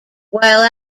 while